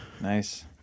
Nice